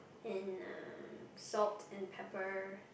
and um salt and pepper